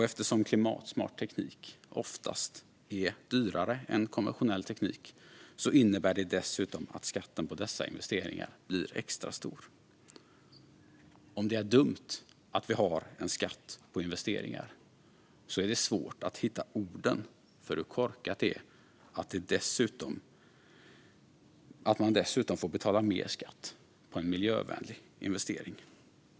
Eftersom klimatsmart teknik oftast är dyrare än konventionell teknik innebär det dessutom att skatten på dessa investeringar blir extra stor. Om det är dumt att vi har en skatt på investeringar är det svårt att hitta orden för hur korkat det är att man dessutom får betala mer skatt på en miljövänlig investering.